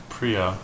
Priya